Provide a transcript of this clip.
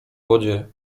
wodzie